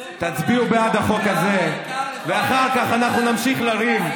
תצביעו בעד החוק הזה, ואחר כך אנחנו נמשיך לריב.